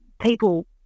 people